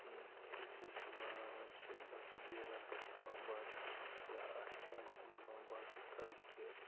یُتھٕے أسی سُہ مَناوان چھِ بیرَن پٮ۪ٹھ نِوان بَتہٕ یا اَستان چھِ نِوان بَتہٕ تاکہِ